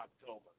October